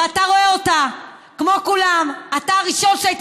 ואתה רואה אותה כמו כולם אתה הראשון שהיית